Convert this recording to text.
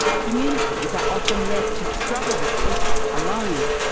communities are often left to struggle with this alone.